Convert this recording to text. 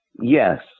Yes